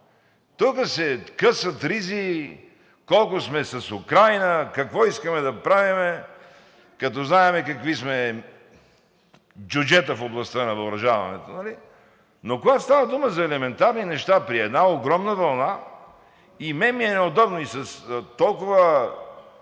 Тук се късат ризи колко сме с Украйна, какво искаме да правим, като знаем какви сме джуджета в областта на въоръжаването, нали. Когато става дума за елементарни неща при една огромна вълна, и на мен ми е неудобно, и с толкова